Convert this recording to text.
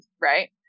Right